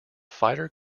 fighter